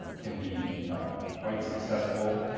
can be quite successful,